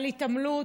על התעמלות,